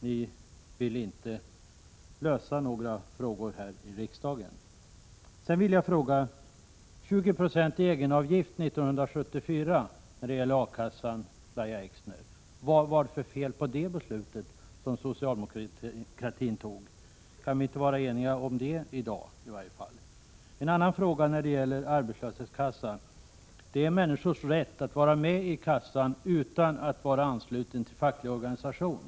Ni vill inte lösa några frågor här i riksdagen. Jag vill också ställa en annan fråga. 20 96 i egenavgift år 1974 när det gäller A-kassan; vad var det för fel på det beslutet som socialdemokraterna tog, Lahja Exner? Kan vi inte vara eniga på den här punkten i varje fall? En annan fråga gäller arbetslöshetskassan. Det är människornas rätt att vara med i A-kassan utan att vara anslutna till någon facklig organisation.